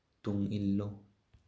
ꯇꯨꯡꯏꯜꯂꯨ